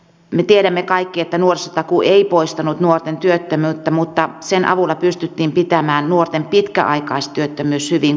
me tiedämme kaikki että nuorisotakuu ei poistanut nuorten työttömyyttä mutta sen avulla pystyttiin pitämään nuorten pitkäaikaistyöttömyys hyvin kurissa